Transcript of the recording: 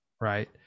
Right